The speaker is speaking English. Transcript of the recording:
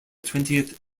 twentieth